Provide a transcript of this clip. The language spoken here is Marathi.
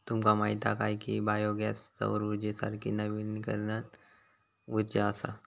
तुमका माहीत हा काय की बायो गॅस सौर उर्जेसारखी नवीकरणीय उर्जा असा?